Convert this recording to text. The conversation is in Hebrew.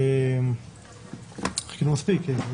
עכשיו אתה